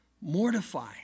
Mortify